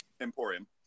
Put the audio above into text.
Emporium